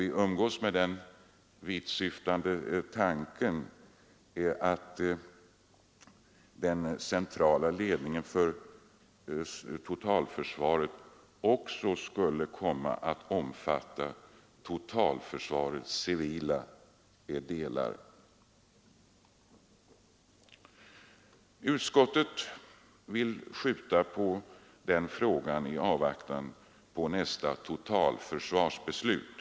Vi umgås nämligen med den vittsyftande tanken att den centrala ledningen för totalförsvaret också skulle komma att omfatta totalförsvarets civila delar. Utskottet vill skjuta på den frågan i avvaktan på nästa totalförsvarsbeslut.